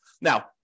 Now